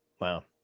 Wow